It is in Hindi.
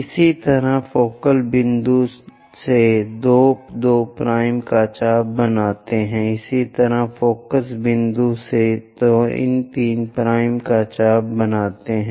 इसी तरह फोकल बिंदु से 2 2 का चाप बनाते हैं इसी तरह फोकस बिंदु से 3 3 का चाप बनाते हैं